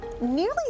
nearly